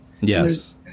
Yes